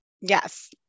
yes